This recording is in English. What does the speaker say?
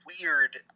weird